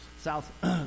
South